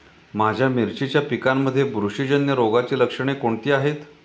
माझ्या मिरचीच्या पिकांमध्ये बुरशीजन्य रोगाची लक्षणे कोणती आहेत?